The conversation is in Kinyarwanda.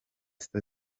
sita